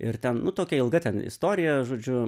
ir ten nu tokia ilga ten istorija žodžiu